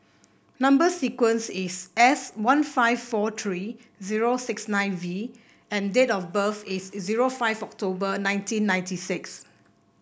number sequence is S one five four three zero six nine V and date of birth is zero five October nineteen ninety six